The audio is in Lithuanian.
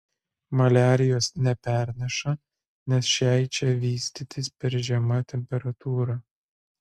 maliarijos neperneša nes šiai čia vystytis per žema temperatūra